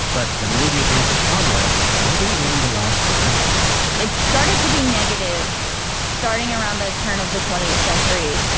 but the noisy advance of progress wasn't going to last forever it started to be negative starting around the turn of the twentieth century.